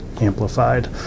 amplified